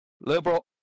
liberal